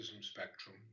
spectrum